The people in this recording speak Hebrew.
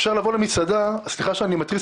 אפשר לבוא למסעדה סליחה שאני מתריס